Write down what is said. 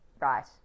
Right